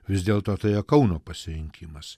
vis dėlto tai yra kauno pasirinkimas